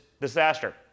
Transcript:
disaster